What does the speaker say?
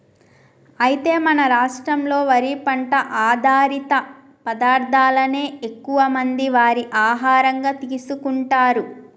అయితే మన రాష్ట్రంలో వరి పంట ఆధారిత పదార్థాలనే ఎక్కువ మంది వారి ఆహారంగా తీసుకుంటారు